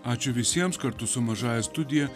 ačiū visiems kartu su mažąja studija